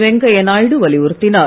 வெங்கைய நாயுடு வலியுறுத்தினார்